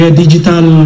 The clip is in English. digital